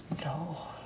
No